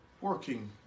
working